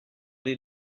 did